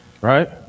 right